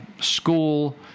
school